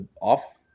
Off